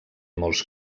molts